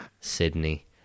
Sydney